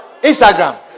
Instagram